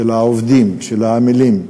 של העובדים, של העמלים,